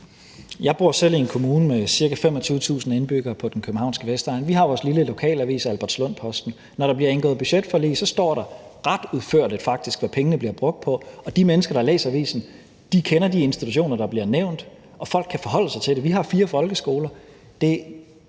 Jeg bor selv i en kommune med cirka 25.000 indbyggere på den københavnske vestegn. Vi har vores lille lokalavis Albertslund Posten, og når der bliver indgået budgetforlig, står der faktisk ret udførligt, hvad pengene bliver brugt på, og de mennesker, der læser avisen, kender de institutioner, der bliver nævnt, og folk kan forholde sig til det. Vi har fire folkeskoler.